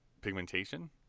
pigmentation